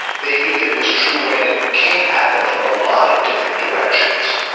they knew that it was true when it came at them from a lot of different directions,